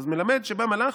אז מלמד שבא מלאך,